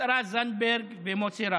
השרה זנדברג ומוסי רז.